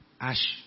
Ash